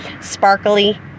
sparkly